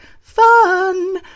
fun